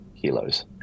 kilos